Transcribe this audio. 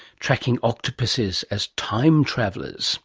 tracking octopuses as time travellers